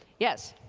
yes?